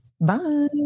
Bye